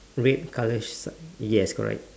red colour stripe yes correct